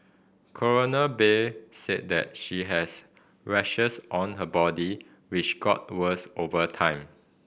Coroner Bay said that she has rashes on her body which got worse over time